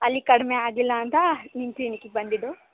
ಅಲ್ಲಿ ಕಡಿಮೆ ಆಗಿಲ್ಲ ಅಂತ ನಿಮ್ಮ ಕ್ಲಿನಿಕಿಗೆ ಬಂದಿದ್ದು